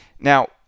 Now